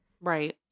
right